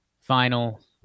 final